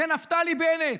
זה נפתלי בנט,